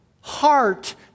heart